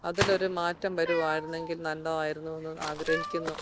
അതിലൊരു മാറ്റം വരുകയായിരുന്നെങ്കിൽ നല്ലതായിരുന്നു എന്ന് ആഗ്രഹിക്കുന്നു